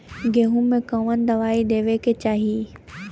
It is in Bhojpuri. गेहूँ मे कवन दवाई देवे के चाही?